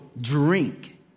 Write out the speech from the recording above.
drink